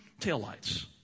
taillights